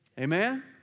Amen